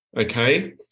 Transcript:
okay